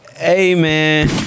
Amen